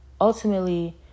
ultimately